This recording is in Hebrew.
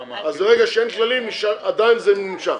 אז ברגע שאין כללים זה עדיין נמשך.